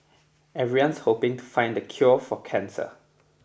everyone's hoping to find the cure for cancer